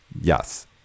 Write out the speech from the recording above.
Yes